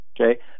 Okay